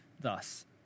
thus